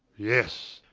yes.